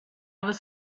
was